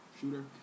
shooter